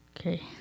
Okay